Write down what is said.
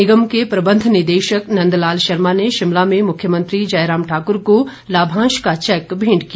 निगम के प्रबंध निदेशक नंद लाल शर्मा ने शिमला में मुख्यमंत्री जयराम ठाकर को लाभांश का चैक भेंट किया